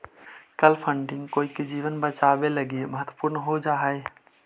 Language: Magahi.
कल फंडिंग कोई के जीवन बचावे लगी महत्वपूर्ण हो जा हई